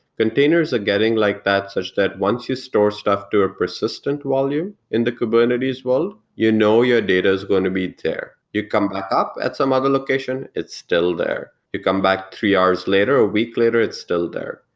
containers are getting like that, such that once you store stuff to a persistent volume in the kubernetes world, you know your data is going to be there. you come back up at some other location, it's still there. you come back three hours later or a week later, it's still there.